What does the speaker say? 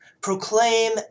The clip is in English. proclaim